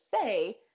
say